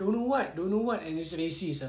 don't know what don't know what and it's racist ah